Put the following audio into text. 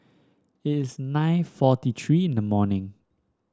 it is nine forty three in the morning